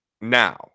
now